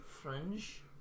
Fringe